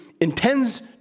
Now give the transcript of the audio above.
intends